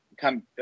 come